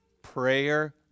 Prayer